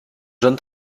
john